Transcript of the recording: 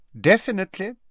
Definitely